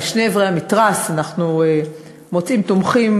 משני עברי המתרס אנחנו מוצאים תומכים